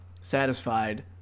satisfied